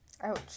Ouch